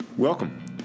Welcome